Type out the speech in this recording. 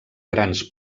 grans